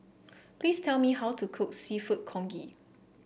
please tell me how to cook seafood Congee